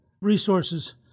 resources